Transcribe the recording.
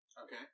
Okay